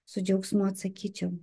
su džiaugsmu atsakyčiau